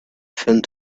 found